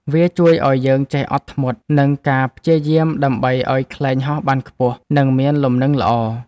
វាជួយឱ្យយើងចេះអត់ធ្មត់ និងការព្យាយាមដើម្បីឱ្យខ្លែងហោះបានខ្ពស់ និងមានលំនឹងល្អ។